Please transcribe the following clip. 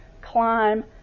climb